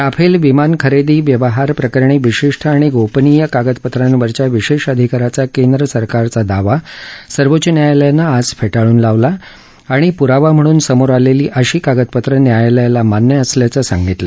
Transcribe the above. Rafale विमान खरेदी व्यवहार प्रकरणी विशिष्ट आणि गोपनीय कागदपत्रांवरच्या विशेष अधिकाराचा केंद्रसरकारचा दावा सर्वोच्च न्यायालयानं आज फेटाळून लावला आणि पुरावा म्हणून समोर आलेली अशी कागदपत्रं न्यायालयाला मान्य असल्याचं सांगितलं